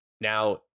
Now